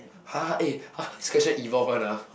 !huh! eh !huh! this question evolve one lah